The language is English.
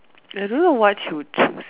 I don't know what she would choose